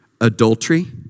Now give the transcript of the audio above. adultery